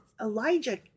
Elijah